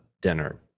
dinner